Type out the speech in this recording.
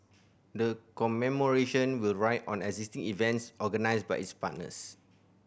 the commemoration will ride on existing events organised by its partners